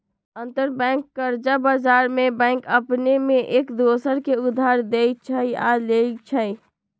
अंतरबैंक कर्जा बजार में बैंक अपने में एक दोसर के उधार देँइ छइ आऽ लेइ छइ